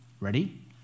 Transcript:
ready